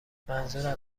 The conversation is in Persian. منظورم